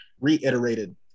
reiterated